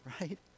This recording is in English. right